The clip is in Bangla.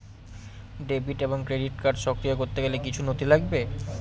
ডেবিট এবং ক্রেডিট কার্ড সক্রিয় করতে গেলে কিছু নথি লাগবে?